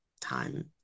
time